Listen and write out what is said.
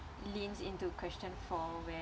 leans into question four where